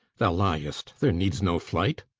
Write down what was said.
thou liest, there needs no flight.